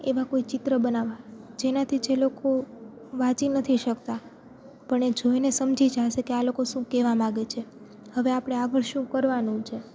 એવા કોઈ ચિત્ર બનાવવા જેનાથી જે લોકો વાંચી નથી શકતા પણ એ જોઈને સમજી જશે કે આ લોકો શું કહેવા માંગે છે હવે આપણે આગળ શું કરવાનું છે